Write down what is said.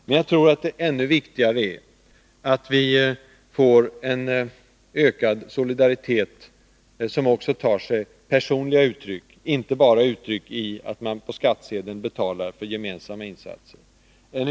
Men jag tror att ännu viktigare är att vi får en ökad solidaritet i vardagen, som också tar sig personliga uttryck, inte bara uttryck i att man på skattsedeln betalar för gemensamma insatser.